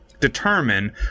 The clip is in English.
Determine